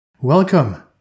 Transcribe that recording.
Welcome